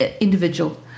individual